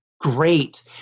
great